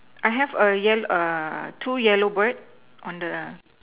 I have a yel~ err two yellow bird on the